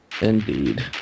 Indeed